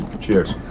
Cheers